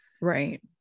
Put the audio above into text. Right